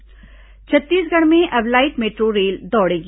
light metro rail Chhattisgarh में अब light metro rail दौड़ेगी